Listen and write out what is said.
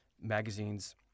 magazines